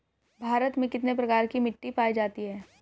भारत में कितने प्रकार की मिट्टी पाई जाती हैं?